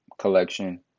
Collection